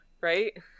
right